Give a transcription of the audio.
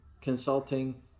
consulting